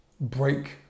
break